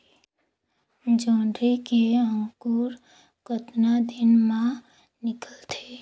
जोंदरी के अंकुर कतना दिन मां निकलथे?